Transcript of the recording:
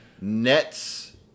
Nets